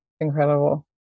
Incredible